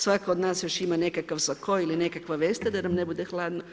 Svaka od nas još ima nekakav sako ili nekakve veste da nam ne bude hladno.